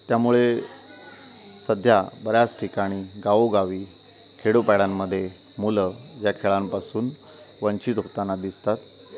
त्यामुळे सध्या बऱ्याच ठिकाणी गावोगावी खेडोपाड्यांमध्ये मुलं या खेळांपासून वंचित होताना दिसतात